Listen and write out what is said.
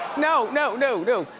no, no, no, no.